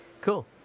Cool